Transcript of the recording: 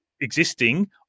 existing